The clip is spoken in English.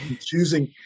choosing